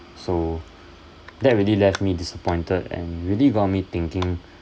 so that really left me disappointed and really got me thinking